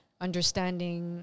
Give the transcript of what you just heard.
understanding